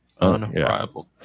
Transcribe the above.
Unrivaled